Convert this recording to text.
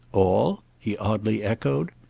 all? he oddly echoed.